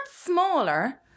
smaller